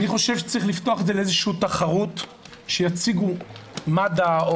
אני חושב שצריך לפתוח את זה לתחרות שיציגו מד"א או